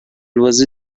بازی